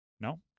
No